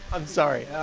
i'm sorry. yeah